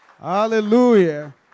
Hallelujah